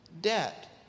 debt